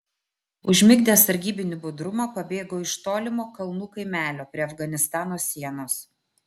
užmigdęs sargybinių budrumą pabėgo iš tolimo kalnų kaimelio prie afganistano sienos